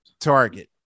target